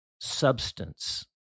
substance